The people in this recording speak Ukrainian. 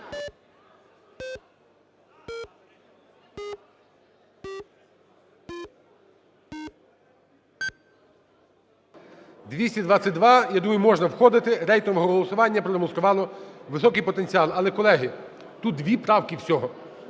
За-222 Я думаю, можна входити, рейтингове голосування продемонструвало високий потенціал. Але, колеги, тут дві правки всього,